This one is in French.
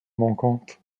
manquante